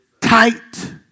tight